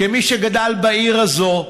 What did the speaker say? כמי שגדל בעיר הזאת,